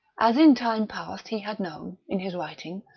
as in time past he had known, in his writing,